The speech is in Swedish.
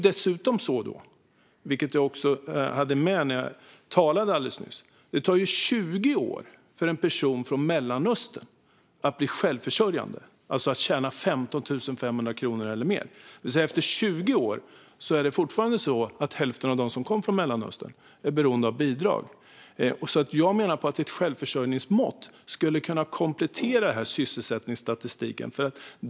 Vidare tar det 20 år för en person från Mellanöstern att bli självförsörjande, det vill säga att tjäna 15 500 kronor eller mer. Efter 20 år är hälften av dem som kommer från Mellanöstern beroende av bidrag. Jag menar att ett självförsörjningsmått skulle komplettera sysselsättningsstatistiken.